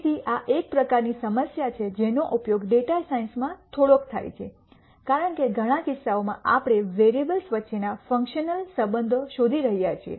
તેથી આ એક પ્રકારની સમસ્યા છે જેનો ઉપયોગ ડેટા સાયન્સમાં થોડોક થાય છે કારણ કે ઘણા કિસ્સાઓમાં આપણે વેરીએબલ્સ વચ્ચેના ફંકશનલ સંબંધો શોધી રહ્યા છીએ